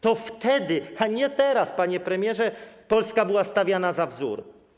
To wtedy, a nie teraz, panie premierze, Polska była stawiana za wzór.